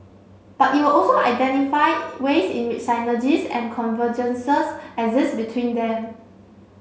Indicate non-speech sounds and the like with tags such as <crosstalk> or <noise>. but it will also identify ways in <unintelligible> synergies and convergences exist between them